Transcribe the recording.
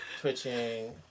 twitching